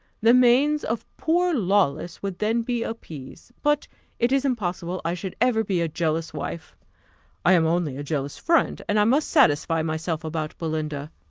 the manes of poor lawless would then be appeased. but it is impossible i should ever be a jealous wife i am only a jealous friend, and i must satisfy myself about belinda.